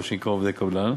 מה שנקרא עובדי קבלן,